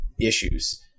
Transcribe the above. issues